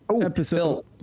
episode